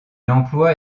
emploie